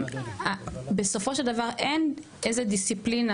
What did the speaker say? בסופו של דבר אין איזה דיסציפלינה